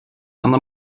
and